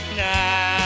now